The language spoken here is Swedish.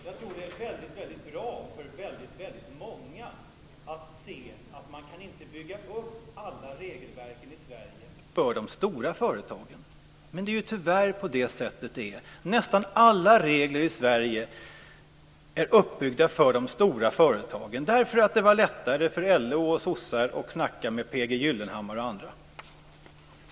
Jag tror att det är väldigt bra för väldigt många att se att man inte kan bygga upp alla regelverken i Sverige för de stora företagen, men det är tyvärr oftast på det sättet. Nästan alla regler i Sverige är uppbyggda för de stora företagen därför att det var lättare för LO och sossar att snacka med P G Gyllenhammar och andra.